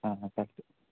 हां हां चालत आहे